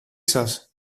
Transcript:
σας